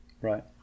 Right